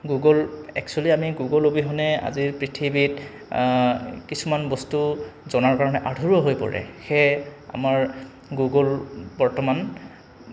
Google একসুৱেলি আমি Google অবিহনে আজি পৃথিৱীত কিছুমান বস্তু জনাৰ কাৰণে আধৰুৱা হৈ পৰে সেয়ে আমাৰ গুগল বৰ্তমান